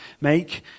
make